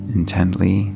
intently